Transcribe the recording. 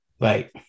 Right